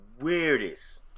weirdest